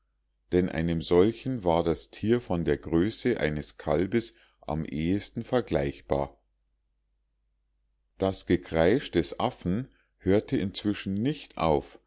denn einem solchen war das tier von der größe eines kalbes am ehesten vergleichbar das gekreisch des affen hörte inzwischen nicht auf